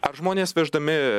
ar žmonės veždami